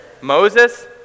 Moses